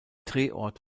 drehort